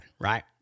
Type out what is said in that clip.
right